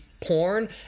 porn